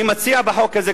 אני מציע בחוק הזה,